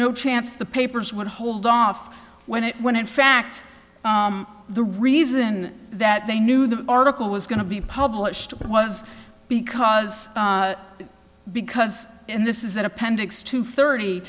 no chance the papers would hold off when it when in fact the reason that they knew the article was going to be published was because because and this is an appendix to thirty